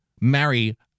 marry